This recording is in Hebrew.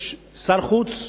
יש שר חוץ,